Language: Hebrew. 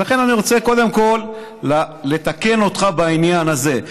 אז לכן אני רוצה קודם כול לתקן אותך בעניין הזה.